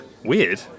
Weird